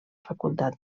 facultat